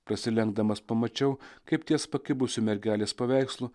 prasilenkdamas pamačiau kaip ties pakibusiu mergelės paveikslu